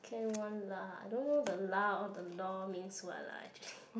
can one lah I don't know the lah or the lor means what lah actually